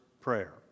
Prayer